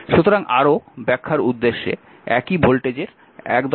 সুতরাং আরও ব্যাখ্যার উদ্দেশ্যে একই ভোল্টেজের 17 চিত্রে আসা যাক